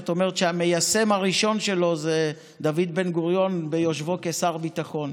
זאת אומרת שהמיישם הראשון שלו זה דוד בן-גוריון ביושבו כשר הביטחון.